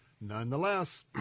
nonetheless